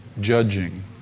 Judging